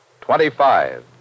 twenty-five